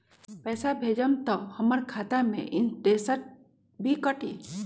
पैसा भेजम त हमर खाता से इनटेशट भी कटी?